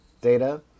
data